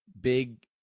big